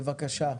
בבקשה.